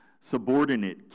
subordinate